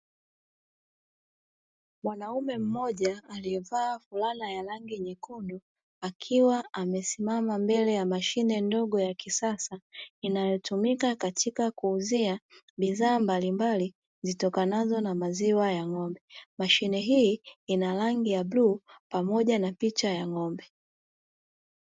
Mwanaume mmoja aliyevaa fulana ya rangi nyekundu akiwa amesimama mbele ya mashine ndogo ya kisasa, inayotumika katia kuuzia bidhaa mbalimbali zitokanazo na maziwa ya ng'ombe. Mashine hii ina rangi ya bluu pamoja na picha ya ng'ombe.